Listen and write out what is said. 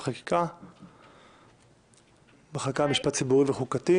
חלק מהלשכה המרכזית לסטטיסטיקה.